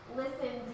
listen